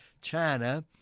China